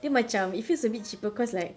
dia macam it feels a bit cheaper because like